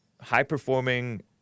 high-performing